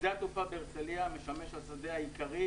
שדה התעופה בהרצליה משמש השדה העיקרי,